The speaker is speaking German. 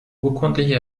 urkundliche